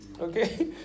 Okay